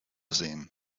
sehen